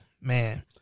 man